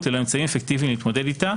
ללא אמצעים אפקטיביים להתמודד איתה,